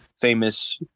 famous